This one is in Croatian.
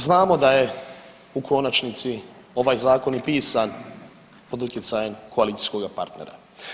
Znamo da je u konačnici ovaj zakon i pisan pod utjecajem koalicijskog partnera.